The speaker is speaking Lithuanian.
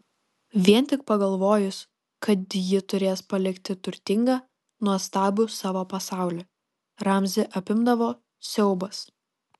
vien tik pagalvojus kad ji turės palikti turtingą nuostabų savo pasaulį ramzį apimdavo siaubas